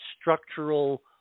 structural